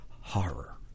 horror